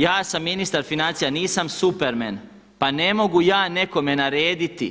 Ja sam ministar financija nisam Superman, pa ne mogu ja nekome narediti,